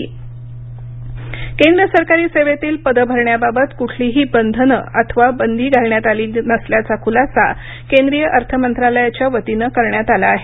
अर्थ मंत्रालय केंद्र सरकारी सेवेतील पदं भरण्याबाबत कुठलीही बधनं अथवा बदी घालण्यात आली नसल्याचा खुलासा केंद्रीय अर्थमंत्रालयाच्या वतीनं करण्यात आला आहे